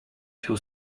się